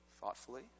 thoughtfully